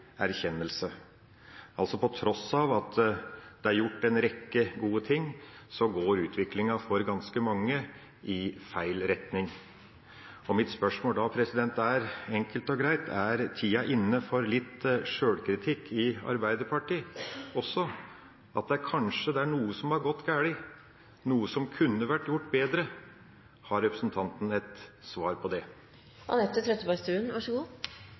erkjennelse. Altså: På tross av at det er gjort en rekke gode ting, går utviklinga for ganske mange i feil retning. Mitt spørsmål er da enkelt og greit: Er tida inne for litt sjølkritikk i Arbeiderpartiet også? Det er kanskje noe som er gått galt – noe som kunne vært gjort bedre? Har representanten et svar på det?